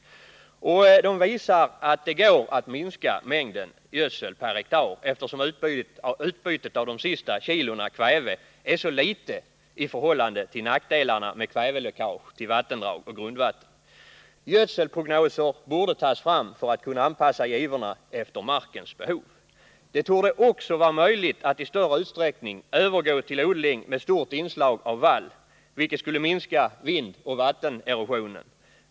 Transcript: Forskningsresultaten visar att det går att minska mängden gödsel per hektar, eftersom utbytet av de sista kilona kväve är så litet i förhållande till nackdelarna med kväveläckage till vattendrag och grundvatten. Gödselprognoser borde tas fram för att göra det möjligt att anpassa givorna efter markens behov. Det torde också vara möjligt att i större utsträckning övergå till odling med stort inslag av vall, vilket skulle minska vindoch vattenerosionen.